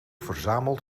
verzamelt